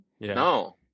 no